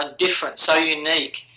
ah different, so unique.